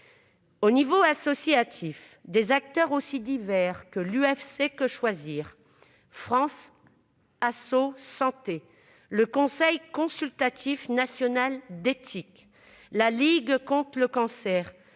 le secteur associatif, des acteurs aussi divers que l'UFC-Que choisir, France Asso Santé, le Conseil consultatif national d'éthique, la Ligue contre le cancer